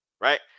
Right